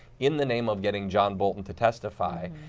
in the name of getting john bolton to testify.